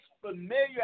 familiar